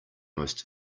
most